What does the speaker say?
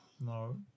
No